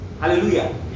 Hallelujah